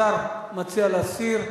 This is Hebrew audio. השר מציע להסיר.